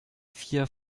vier